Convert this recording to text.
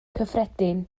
cyffredin